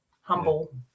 humble